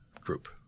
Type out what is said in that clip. group